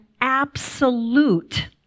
absolute